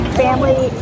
family